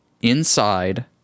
inside